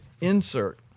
insert